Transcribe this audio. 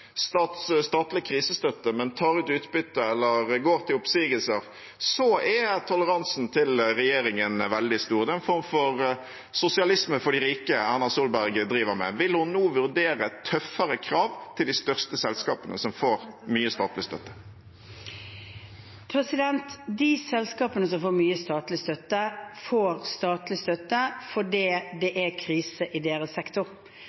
statlig krisestøtte, men tar ut utbytte eller går til oppsigelser, er toleransen til regjeringen veldig stor. Det er en form for sosialisme for de rike Erna Solberg driver med. Vil hun nå vurdere tøffere krav til de største selskapene, som får mye statlig støtte? De selskapene som får mye statlig støtte, får statlig støtte fordi det er krise i deres sektor.